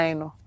no